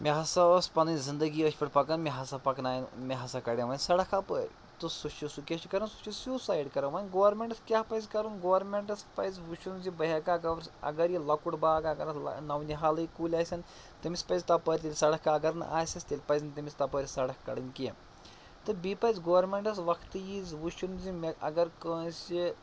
مےٚ ہسا ٲس پنٕنۍ زِنٛدگی أتھۍ پٮ۪ٹھ پَکان مےٚ ہا پَکناون مےٚ ہسا کَڈن وۅنۍ سڑک اَپٲرۍ تہٕ سُہ چھُ سُہ کیٛاہ چھُ کَران سُہ چھُ سُیوٚسایڈ کَران وۄنۍ گورمِنٹس کیٛاہ پَزِ کَرُن گورمِنٹس پَزِ وُچھُن زِ بہٕ ہٮ۪کھا اَگر یہِ لۄکُٹ باغ اگر اَتھ نو نِحالٕے کُلۍ آسٮ۪ن تٔمِس پَزِ تَپٲرۍ تیٚلہِ سڑک اَگر نہٕ آس۪س تیٚلہِ پَزِ نہٕ تٔمِس تَپٲرۍ سڑَک کَڈنۍ کیٚنٛہہ تہٕ بیٚیہِ پَز گورمِنٹَس وقتہٕ وِزِ وُچھُن زِ مےٚ اگر کٲنٛسہِ